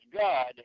God